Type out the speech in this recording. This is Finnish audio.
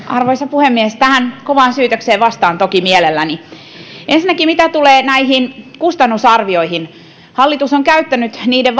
arvoisa puhemies tähän kovaan syytökseen vastaan toki mielelläni ensinnäkin mitä tulee näihin kustannusarvioihin hallitus on käyttänyt niiden